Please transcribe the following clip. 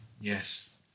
Yes